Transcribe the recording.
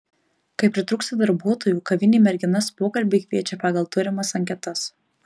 kai pritrūksta darbuotojų kavinė merginas pokalbiui kviečia pagal turimas anketas